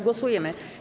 Głosujemy.